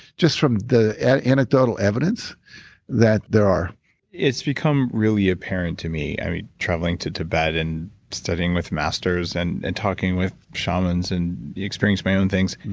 just form the anecdotal evidence that there are it's become really apparent to me and me traveling to tibet and studying with masters and and talking with shamans and experiencing my own things.